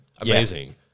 Amazing